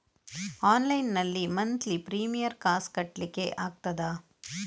Online ನಲ್ಲಿ monthly premium ಕಾಸ್ ಕಟ್ಲಿಕ್ಕೆ ಆಗ್ತದಾ?